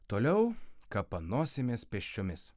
toliau kapanosimės pėsčiomis